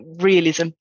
realism